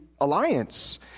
alliance